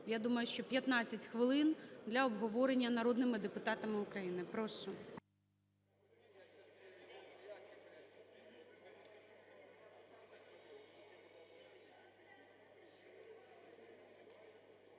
я думаю, що 15 хвилин для обговорення народними депутатами України. Прошу.